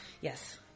Yes